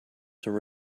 some